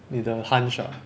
你的 hunch ah